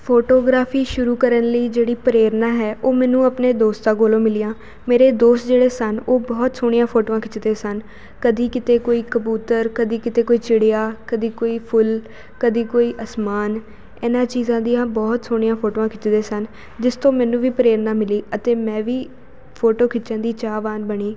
photography ਸ਼ੁਰੂ ਕਰਨ ਲਈ ਜਿਹੜੀ ਪ੍ਰੇਰਨਾ ਹੈ ਉਹ ਮੈਨੂੰ ਆਪਣੇ ਦੋਸਤਾਂ ਕੋਲੋਂ ਮਿਲੀਆਂ ਮੇਰੇ ਦੋਸਤ ਜਿਹੜੇ ਸਨ ਉਹ ਬਹੁਤ ਸੋਹਣੀਆਂ ਫੋਟੋਆਂ ਖਿੱਚਦੇ ਸਨ ਕਦੀ ਕਿਤੇ ਕੋਈ ਕਬੂਤਰ ਕਦੀ ਕਿਤੇ ਕੋਈ ਚਿੜੀਆਂ ਕਦੀ ਕੋਈ ਫੁੱਲ ਕਦੀ ਕੋਈ ਅਸਮਾਨ ਇਹਨਾਂ ਚੀਜ਼ਾਂ ਦੀਆਂ ਬਹੁਤ ਸੋਹਣੀਆਂ ਫੋਟੋਆਂ ਖਿੱਚਦੇ ਸਨ ਜਿਸ ਤੋਂ ਮੈਨੂੰ ਵੀ ਪ੍ਰੇਰਨਾ ਮਿਲੀ ਅਤੇ ਮੈਂ ਵੀ ਫੋਟੋ ਖਿੱਚਣ ਦੀ ਚਾਹਵਾਨ ਬਣੀ